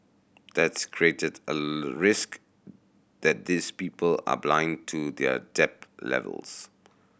that's created a risk that these people are blind to their debt levels